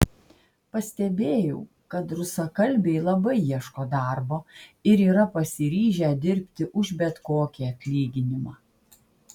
pastebėjau kad rusakalbiai labai ieško darbo ir yra pasiryžę dirbti už bet kokį atlyginimą